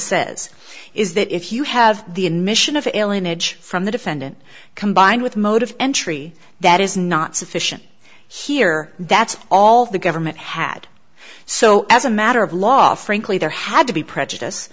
says is that if you have the admission of alien edge from the defendant combined with motive entry that is not sufficient here that's all the government had so as a matter of law frankly there had to be prejudice